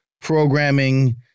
programming